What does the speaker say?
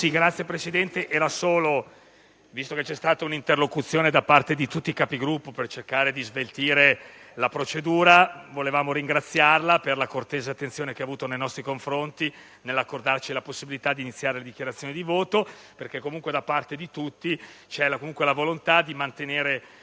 Signor Presidente, visto che c'è stata un'interlocuzione da parte di tutti i Capigruppo per cercare di sveltire la procedura, volevamo ringraziarla per la cortese attenzione che ha avuto nei nostri confronti nell'accordarci la possibilità di iniziare le dichiarazioni di voto, perché comunque da parte di tutti c'era la volontà di mantenere